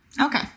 Okay